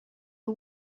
are